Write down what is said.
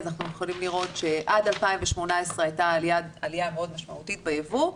אנחנו יכולים לראות שעד 2018 הייתה עליה מאוד משמעותית ביבוא,